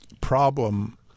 problem